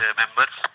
members